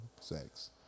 sex